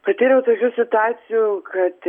patyriau tokių situacijų kad